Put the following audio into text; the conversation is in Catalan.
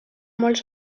molts